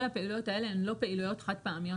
כל הפעילויות האלה הן לא פעילויות חד פעמיות,